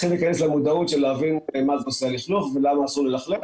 כולם צריכים להבין מה עושה הלכלוך ולמה אסור ללכלך,